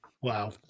Wow